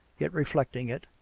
yet reflecting it